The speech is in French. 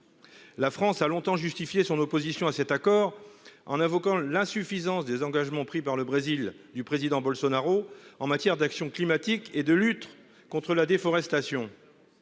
La France a longtemps justifié son opposition à cet accord en invoquant l'insuffisance des engagements pris par le Brésil du président Bolsonaro en matière d'action climatique et de lutte contre la déforestation.